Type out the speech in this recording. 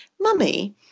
Mummy